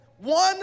one